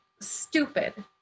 Stupid